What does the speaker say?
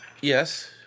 Yes